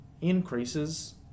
increases